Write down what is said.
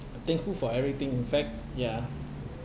thankful for everything in fact ya